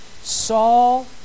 Saul